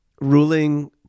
ruling